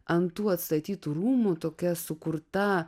ant tų atstatytų rūmų tokia sukurta